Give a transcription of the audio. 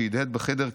שהדהד בחדר,